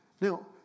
now